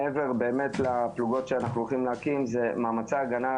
מעבר באמת לפלוגות שאנחנו הולכים להקים ומאמצי ההגנה,